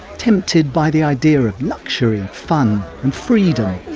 tempted by the idea of luxury, ah fun and freedom.